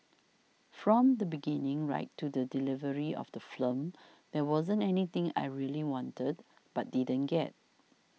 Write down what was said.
from the beginning right to the delivery of the film there wasn't anything I really wanted but didn't get